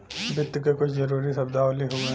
वित्त क कुछ जरूरी शब्दावली हउवे